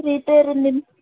repair ఉందని